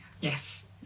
Yes